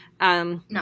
No